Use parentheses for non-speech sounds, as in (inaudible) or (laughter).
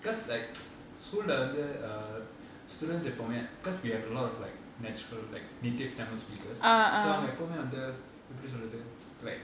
cause like (noise) school lah வந்து:vandhu students எப்பவுமே:eppavume cause we have a lot of like natural like native tamil speakers so இங்கவந்துஎப்பவுமேவந்துஎப்படிசொல்லறது:inka vandhu eppavume vandhu epadi sollradhu like